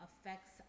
affects